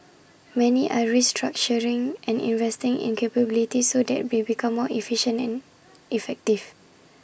many are restructuring and investing in capabilities so they become more efficient and effective